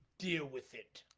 deal with it.